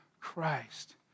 Christ